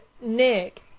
Nick